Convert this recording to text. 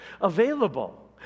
Available